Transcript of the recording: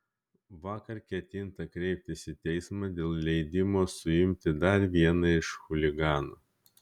vakar ketinta kreiptis į teismą dėl leidimo suimti dar vieną iš chuliganų